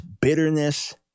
bitterness